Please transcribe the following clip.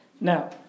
Now